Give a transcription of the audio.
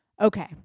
Okay